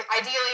ideally